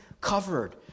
covered